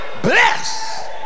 Bless